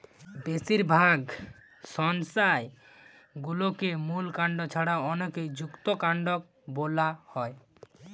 বেশিরভাগ সংজ্ঞায় গুল্মকে মূল কাণ্ড ছাড়া অনেকে যুক্তকান্ড বোলা হয়